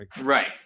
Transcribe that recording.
Right